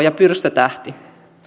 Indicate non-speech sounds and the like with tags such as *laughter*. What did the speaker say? *unintelligible* ja pyrstötähti